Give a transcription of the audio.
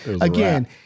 again